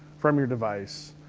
from your device,